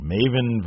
Maven